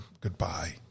goodbye